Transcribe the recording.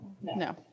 No